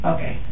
Okay